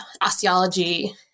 osteology